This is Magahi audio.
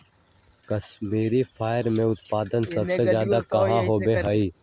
कश्मीरी फाइबर के उत्पादन सबसे ज्यादा कहाँ होबा हई?